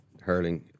Hurling